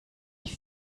ich